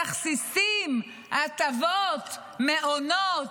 תכסיסים, הטבות, מעונות,